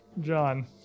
John